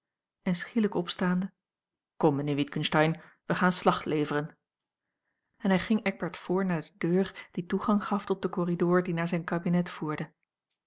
en schielijk opstaande kom mijnheer witgensteyn wij gaan slag leveren en hij ging eckbert voor naar de deur die toegang gaf toe den corridor die naar zijn kabinet voerde